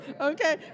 okay